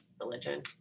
religion